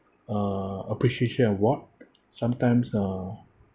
uh appreciation award sometimes uh